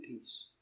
peace